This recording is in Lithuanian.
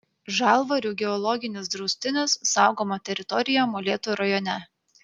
žalvarių geologinis draustinis saugoma teritorija molėtų rajone